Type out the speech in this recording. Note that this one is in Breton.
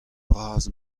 bras